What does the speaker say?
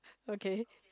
okay